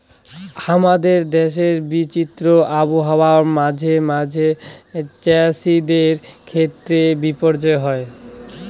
হামাদের দেশের বিচিত্র আবহাওয়া মাঝে মাঝে চ্যাসিদের ক্ষেত্রে বিপর্যয় হই